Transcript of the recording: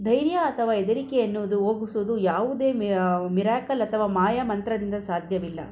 ಧೈರ್ಯ ಅಥವಾ ಹೆದರಿಕೆ ಎನ್ನುವುದು ಹೋಗಿಸುದು ಯಾವುದೇ ಮಿರಾಕಲ್ ಅಥವಾ ಮಾಯ ಮಂತ್ರದಿಂದ ಸಾಧ್ಯವಿಲ್ಲ